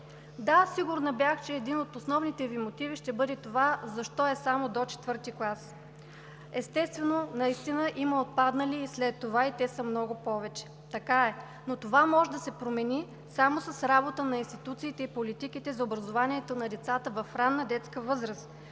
Да, сигурна бях, че един от основните Ви мотиви ще бъде защо това е само до IV клас. Естествено, наистина има отпаднали след това и те са много повече. Така е. Но това може да се промени само с работата на институциите и политиката за образование на деца в ранна детска възраст.